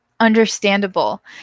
understandable